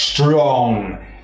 strong